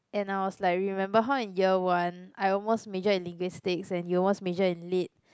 and I was like remember how in year one I almost majored in Linguistics and you almost majored in lit